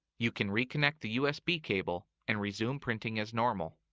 you can reconnect the usb cable and resume printing as normal.